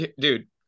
dude